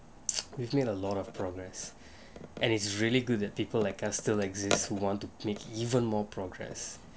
we've made a lot of progress and it's really good that people like us still exist who want to make even more progress